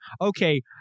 okay